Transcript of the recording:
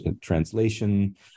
translation